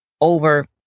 over